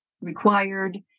required